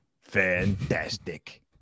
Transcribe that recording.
Fantastic